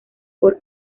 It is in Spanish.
por